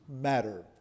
matter